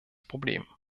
problem